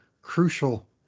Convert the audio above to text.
crucial